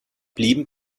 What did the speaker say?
blieben